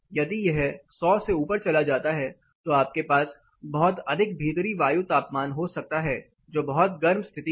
यदि यह 100 से ऊपर चला जाता है तो आपके पास बहुत अधिक भीतरी वायु तापमान हो सकता है जो बहुत गर्म स्थिति है